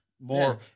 more